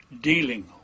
dealing